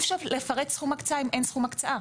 אפשר לפרט סכום הקצאה אם אין סכום הקצאה.